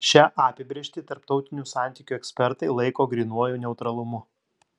šią apibrėžtį tarptautinių santykių ekspertai laiko grynuoju neutralumu